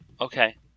Okay